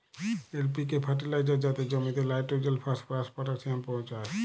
LPK fertiliser যাতে জমিতে nitrogen, phosphorus, potassium পৌঁছায়